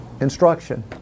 instruction